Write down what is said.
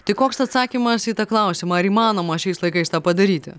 tai koks atsakymas į tą klausimą ar įmanoma šiais laikais tą padaryti